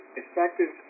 effective